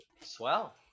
Swell